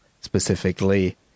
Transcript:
specifically